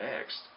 next